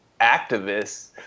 activists